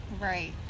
Right